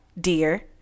dear